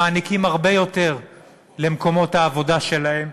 הם מעניקים הרבה יותר למקומות העבודה שלהם,